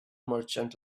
merchant